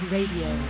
Radio